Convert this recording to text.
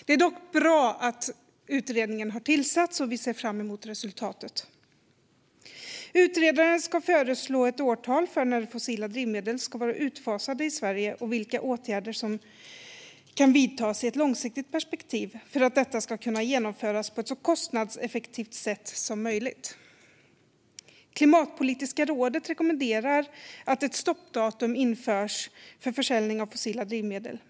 Det är dock bra att utredningen har tillsatts, och vi ser fram emot resultatet. Utredaren ska föreslå ett årtal när fossila drivmedel ska vara utfasade i Sverige samt åtgärder som kan vidtas i ett långsiktigt perspektiv för att detta ska kunna genomföras på ett så kostnadseffektivt sätt som möjligt. Klimatpolitiska rådet rekommenderar att ett stoppdatum införs för försäljning av fossila drivmedel.